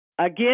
Again